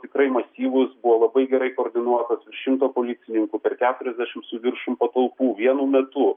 tikrai masyvūs buvo labai gerai koordinuotas šimto policininkų per keturiasdešimt su viršum patalpų vienu metu